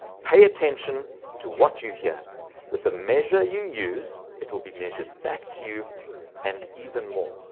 pay attention to what you hear with the measure you use, it will be measured back to you and even more.